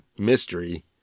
mystery